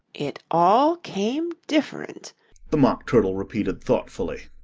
it all came different the mock turtle repeated thoughtfully.